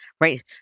right